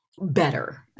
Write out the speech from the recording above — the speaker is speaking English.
better